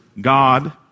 God